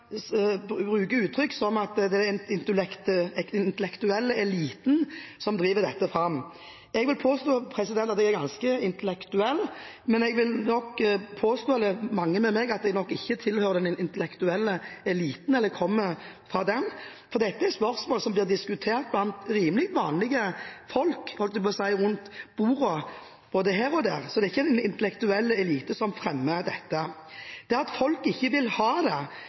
uttrykk som om det er den intellektuelle eliten som driver dette fram: Jeg vil påstå at jeg er ganske intellektuell, men jeg vil nok også påstå – og mange med meg – at jeg nok ikke tilhører den intellektuelle eliten eller kommer fra den, for dette er spørsmål som blir diskutert blant rimelig vanlige folk, rundt bordene både her og der, så det er ikke en intellektuell elite som fremmer dette. Til det at folk ikke vil ha dette, og at det